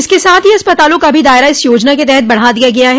इसके साथ ही अस्पतालों का भी दायरा इस योजना के तहत बढ़ा दिया गया है